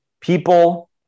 People